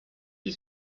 die